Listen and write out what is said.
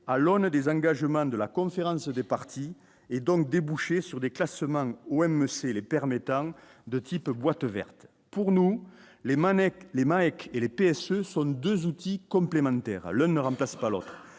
à l'aune des engagements de la conférence des parties et donc déboucher sur des classements où M. c'est les permettant de type boîte verte pour nous les manettes les Malek et le PS, ce sont 2 outils complémentaires à l'ne remplace pas l'autre,